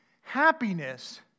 happiness